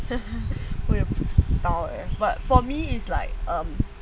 我也不知道 eh but for me is like um